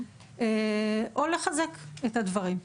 או לחזק את הדברים.